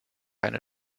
eine